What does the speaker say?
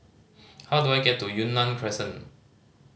how do I get to Yunnan Crescent